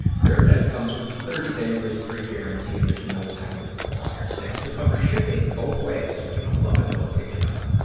varidesk comes with a thirty day risk-free guarantee, and there's no assembly required. they also cover shipping both ways, so if you don't love it, they'll pick it up.